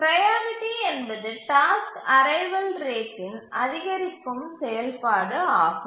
priority என்பது task arrival ரேட்டின் அதிகரிக்கும் செயல்பாடு ஆகும்